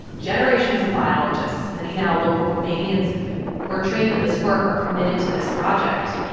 generations of biologists, many now local guamanians who are trained in this work, are committed to this project.